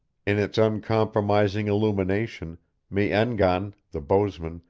in its uncompromising illumination me-en-gan, the bowsman,